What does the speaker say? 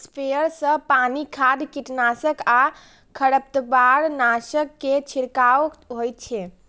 sprayer सं पानि, खाद, कीटनाशक आ खरपतवारनाशक के छिड़काव होइ छै